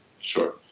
Sure